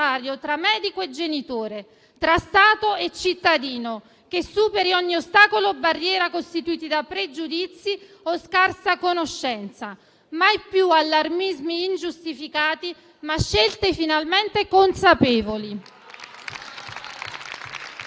tra medico e genitore, tra Stato e cittadino, che superi ogni ostacolo o barriera costituiti da pregiudizi o scarsa conoscenza: mai più allarmismi ingiustificati, ma scelte finalmente consapevoli.